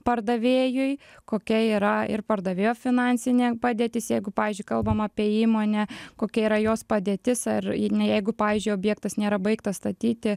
pardavėjui kokia yra ir pardavėjo finansinė padėtis jeigu pavyzdžiui kalbam apie įmonę kokia yra jos padėtis ar ne jeigu pavyzdžiui objektas nėra baigtas statyti